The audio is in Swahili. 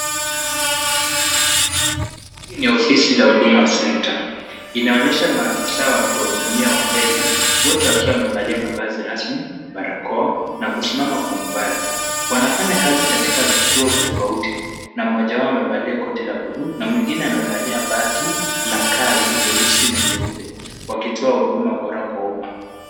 Hii ni ofisi ya Huduma Center, inaonyesha maafisa wakiwahudumia wateja, wote wakiwa wamevalia mavazi rasmi, barakoa na kusimama kwa umbali, wanafanya kazi katika vituo tofauti na mmoja wao amevalia koti la bluu na mwingine amevalia vazi la kazi jeusi na jeupe wakitoa huduma bora kwa umma.